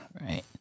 Right